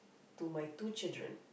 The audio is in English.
to my two children